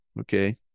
okay